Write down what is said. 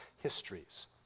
histories